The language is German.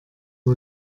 die